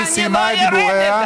היא סיימה את דיבוריה, אני לא יורדת.